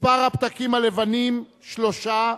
מספר הפתקים הלבנים, 3,